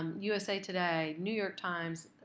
um usa today, new york times,